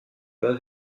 bas